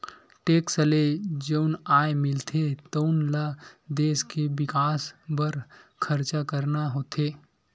tax ले जउन आय मिलथे तउन ल देस के बिकास बर खरचा करना होथे